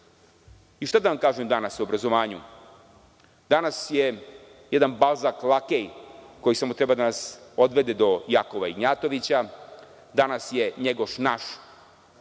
da vam kažem danas o obrazovanju. Danas je jedan Balzak lakej koji samo treba da nas odvede do Jakova Ignjatovića. Danas je Njegoš naš